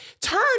Turn